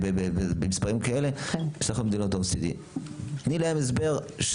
במספרים כאלה, שאנחנו מדינות OECD. תני להם הסבר.